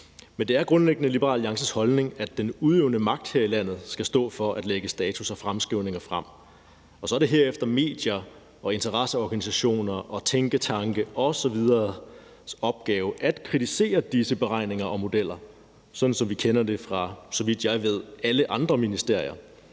Men det er grundlæggende Liberal Alliances holdning, at den udøvende magt her i landet skal stå for at lægge status og fremskrivninger frem, og så er det herefter bl.a. medier, interesseorganisationer og tænketankes opgave at kritisere disse beregninger og modeller, som vi kender det fra, så vidt jeg ved, alle andre ministerier.